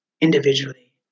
individually